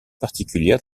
particulière